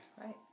Right